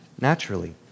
naturally